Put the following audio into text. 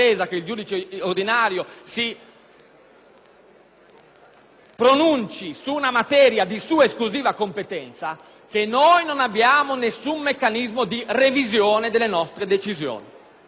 pronuncia su una materia di sua esclusiva competenza - che noi non abbiamo nessun meccanismo di revisione delle nostre decisioni. A noi non è consentito, neppure di fronte alla